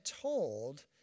told